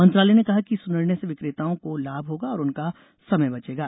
मंत्रालय ने कहा कि इस निर्णय से विक्रेताओं को लाभ होगा और उनका समय बचेगा